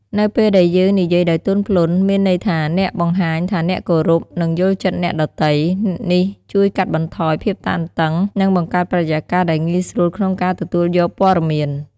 នៅពេលដែលយើងនិយាយដោយទន់ភ្លន់ មានន័យថាអ្នកបង្ហាញថាអ្នកគោរព និងយល់ចិត្តអ្នកដទៃ នេះជួយកាត់បន្ថយភាពតានតឹង និងបង្កើតបរិយាកាសដែលងាយស្រួលក្នុងការទទួលយកព័ត៌មាន។